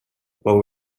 what